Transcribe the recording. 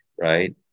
right